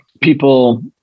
people